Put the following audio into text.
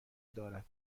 دارد